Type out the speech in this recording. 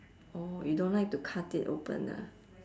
oh you don't like to cut it open ah